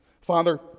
Father